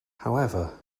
however